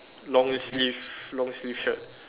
long sleeve long sleeve shirt